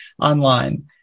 online